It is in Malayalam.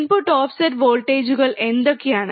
ഇൻപുട്ട് ഓഫ്സെറ്റ് വോൾട്ടേജുകൾ എന്തൊക്കെയാണ്